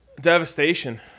Devastation